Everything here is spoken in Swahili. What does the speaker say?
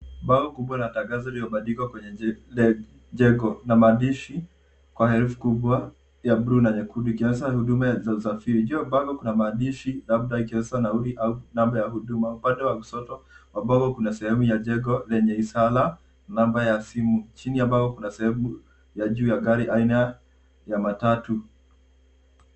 Mbao kubwa la tangazo lililo bandikwa kwenye jengo na maandishi kwa herufi kubwa ya bluu na nyekundu ikionyesha huduma za usafiri . Juu ya bango kuna maandishi labda ikionyesha nauli au namba ya huduma. Upande wa kushoto ambapo kuna sehemu ya jengo yenye ishara namba ya simu chini ambayo kuna sehemu ya juu ya gari aina ya matatu.